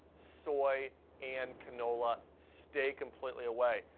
soy, and canola. stay completely away.